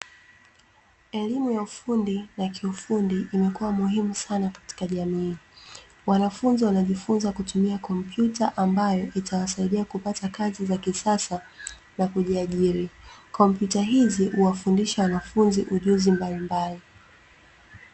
Elimu ya ufundi ya kiufundi imekuwa muhimu sana katika jamii ,wanafunzi wanajifunza kutumia kompyuta ambayo itawasaidia kupata kazi za kisasa za kujiajiri ,compyuta hizi huwafundisha wanafunzi ujuzi mbalimbali.